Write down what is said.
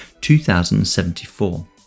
2,074